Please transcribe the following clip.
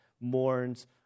mourns